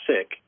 sick